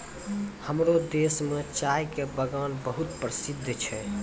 हमरो देश मॅ चाय के बागान बहुत प्रसिद्ध छै